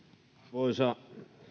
arvoisa